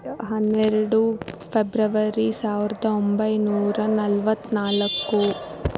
ಹನ್ನೆರಡು ಫೆಬ್ರವರಿ ಸಾವಿರ್ದ ಒಂಬೈನೂರ ನಲ್ವತ್ತ್ನಾಲ್ಕು